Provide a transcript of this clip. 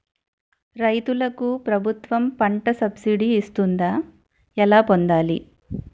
రైతులకు ప్రభుత్వం పంట సబ్సిడీ ఇస్తుందా? ఎలా పొందాలి?